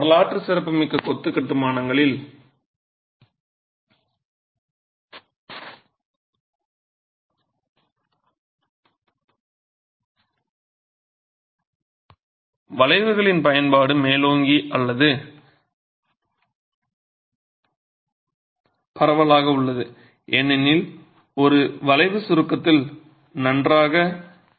வரலாற்று சிறப்புமிக்க கொத்து கட்டுமானங்களில் வளைவுகளின் பயன்பாடு மேலோங்கி அல்லது பரவலாக உள்ளது ஏனெனில் ஒரு வளைவு சுருக்கத்தில் நன்றாக இருப்பதாக அறியப்படுகிறது